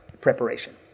preparation